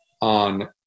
on